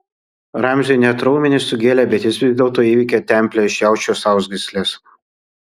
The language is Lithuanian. ramziui net raumenis sugėlė bet jis vis dėlto įveikė templę iš jaučio sausgyslės